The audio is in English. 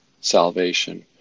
salvation